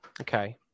Okay